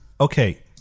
Okay